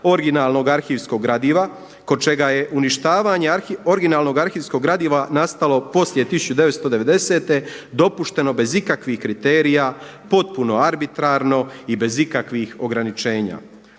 originalnog arhivskog gradiva kod čega je uništavanje originalnog arhivskog gradiva nastalo poslije 1990. dopušteno bez ikakvih kriterija, potpuno arbitrarno i bez ikakvih ograničenja.